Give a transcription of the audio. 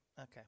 Okay